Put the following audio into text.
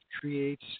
creates